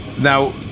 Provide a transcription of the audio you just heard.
now